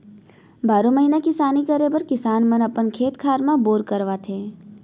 बारो महिना किसानी करे बर किसान मन अपन खेत खार म बोर करवाथे